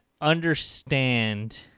understand